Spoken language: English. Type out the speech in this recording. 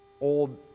old